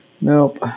nope